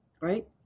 right